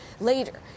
Later